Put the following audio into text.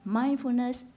mindfulness